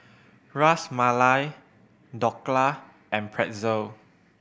Ras Malai Dhokla and Pretzel